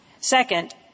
Second